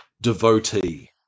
devotee